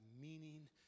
meaning